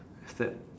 step